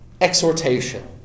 exhortation